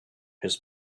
his